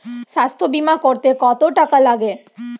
স্বাস্থ্যবীমা করতে কত টাকা লাগে?